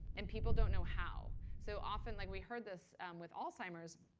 and people don't know how. so often like we heard this with alzheimer's.